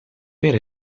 per